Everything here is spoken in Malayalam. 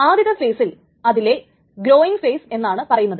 ആദ്യത്തെ ഫേസിൽ അതിലെ ഗ്രോയിങ് ഫേസ് എന്നാണ് പറയുന്നത്